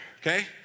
okay